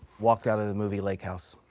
walked out of the movie lake house,